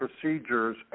Procedures